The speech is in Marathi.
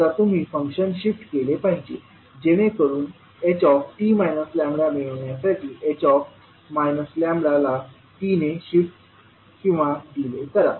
आता तुम्ही फंक्शन शिफ्ट केले पाहिजे जेणेकरून ht λ मिळवण्यासाठी h λ ला t ने शिफ्ट किंवा डिले करा